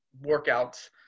workouts